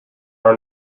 are